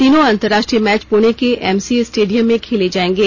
तीनों अंतर्राष्ट्रीय मैच पुणे के एमसीए स्टेडियम में खेले जाएंगे